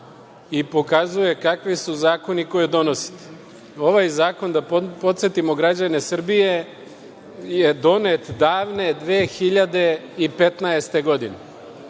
i pokazuje kakvi su zakoni koje donosite. Ovaj zakon, da podsetimo građane Srbije, je donet davne 2015. godine.